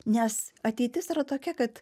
nes ateitis yra tokia kad